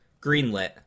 greenlit